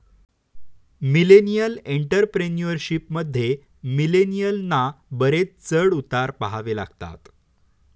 millennial entrepreneurship मध्ये, मिलेनियलना बरेच चढ उतार पहावे लागतात